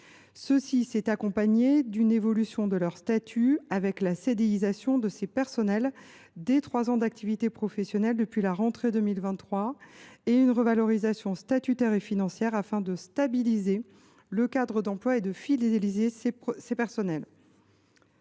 Cela s’est accompagné d’une évolution de leur statut avec la CDIsation de ces personnels dès trois ans d’activité professionnelle depuis la rentrée 2023, ainsi que d’une revalorisation statutaire et financière, afin de stabiliser le cadre d’emploi et de fidéliser ces personnels.